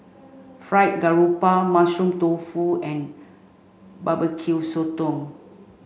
Fried Garoupa mushroom tofu and Barbecue Sotong